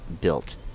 built